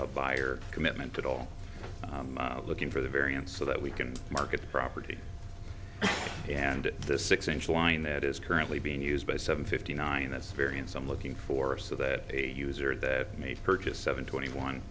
a buyer commitment at all looking for the variance so that we can market property and the six inch line that is currently being used by seven fifty nine that's variance i'm looking for so that a user that may purchase seven twenty one